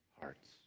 hearts